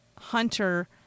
Hunter